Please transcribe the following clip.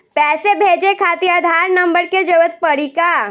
पैसे भेजे खातिर आधार नंबर के जरूरत पड़ी का?